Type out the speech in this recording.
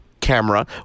camera